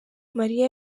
mariya